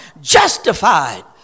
justified